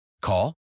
Call